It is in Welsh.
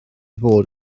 fod